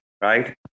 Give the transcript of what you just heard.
right